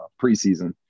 preseason